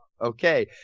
Okay